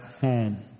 home